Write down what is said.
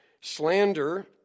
Slander